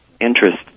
interest